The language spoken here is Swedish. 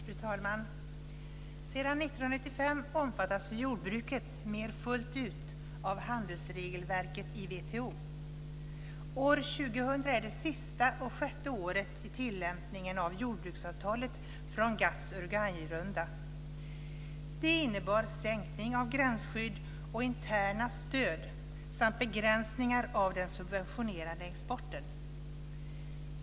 Fru talman! Sedan 1995 omfattas jordbruket fullt ut av handelsregelverket i WTO. År 2000 är det sjätte och sista året i tillämpningen av jordbruksavtalet från GATT:s Uruguayrunda. Den innebar sänkning av gränsskydd och interna stöd samt begränsningar av den subventionerade exporten.